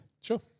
Sure